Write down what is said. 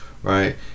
Right